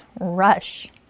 rush